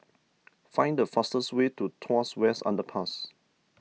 find the fastest way to Tuas West Underpass